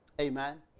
Amen